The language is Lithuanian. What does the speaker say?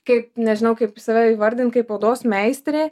kaip nežinau kaip save įvardint kaip odos meistrė